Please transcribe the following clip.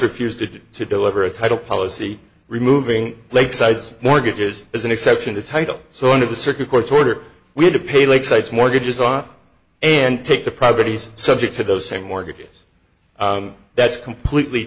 refused to deliver a title policy removing lakeside mortgages as an exception to title so one of the circus courts order we had to pay like sites mortgages off and take the properties subject to those same mortgages that's completely